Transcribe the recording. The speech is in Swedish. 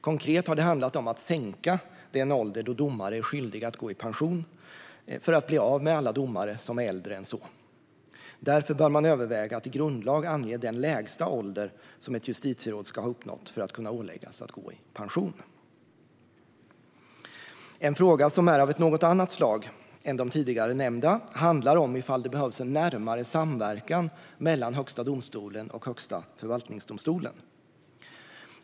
Konkret har det handlat om att sänka den ålder då domare är skyldiga att gå i pension för att bli av med alla domare som är äldre än så. Därför bör man överväga att i grundlag ange den lägsta ålder som ett justitieråd ska ha uppnått för att kunna åläggas att gå i pension. En fråga som är av ett något annat slag än de tidigare nämnda handlar om ifall det behövs en närmare samverkan mellan Högsta domstolen och Högsta förvaltningsdomstolen.